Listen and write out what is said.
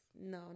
No